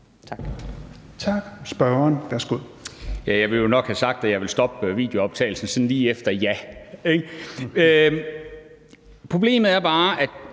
Tak.